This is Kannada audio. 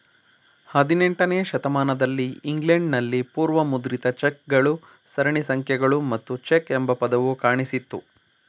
ಹದಿನೆಂಟನೇ ಶತಮಾನದಲ್ಲಿ ಇಂಗ್ಲೆಂಡ್ ನಲ್ಲಿ ಪೂರ್ವ ಮುದ್ರಿತ ಚೆಕ್ ಗಳು ಸರಣಿ ಸಂಖ್ಯೆಗಳು ಮತ್ತು ಚೆಕ್ ಎಂಬ ಪದವು ಕಾಣಿಸಿತ್ತು